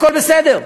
הכול בסדר.